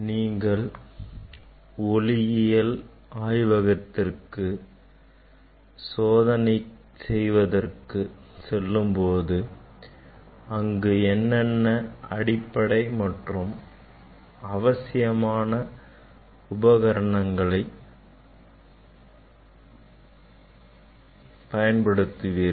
நீங்கள் ஒளியியல் ஆய்வகத்திற்கு சோதனை செய்வதற்கு செல்லும்போது அங்கு என்னென்ன அடிப்படை மற்றும் அவசியமான உபகரணங்களை பயன்படுத்துவோம்